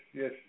yes